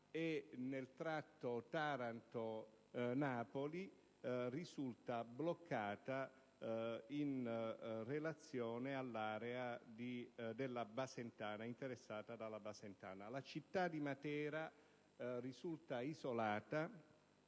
e nel tratto Taranto-Napoli risulta bloccata in relazione all'area interessata dalla Basentana. La città di Matera è isolata